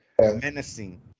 menacing